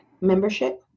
membership